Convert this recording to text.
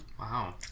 wow